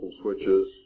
switches